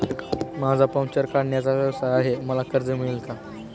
माझा पंक्चर काढण्याचा व्यवसाय आहे मला कर्ज मिळेल का?